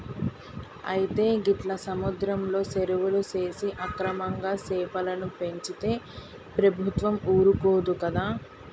అయితే గీట్ల సముద్రంలో సెరువులు సేసి అక్రమంగా సెపలను పెంచితే ప్రభుత్వం ఊరుకోదు కదా